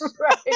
right